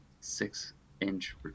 six-inch